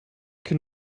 can